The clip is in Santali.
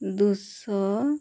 ᱫᱩ ᱥᱚ